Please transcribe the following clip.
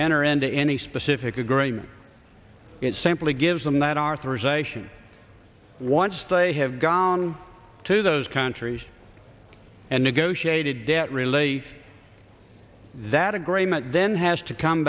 enter into any specific agreement it simply gives them that our three zation once they have gone to those countries and negotiated debt relief that agreement then has to come